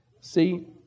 See